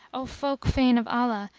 o folk fain of allah!